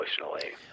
emotionally